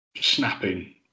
snapping